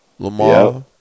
Lamar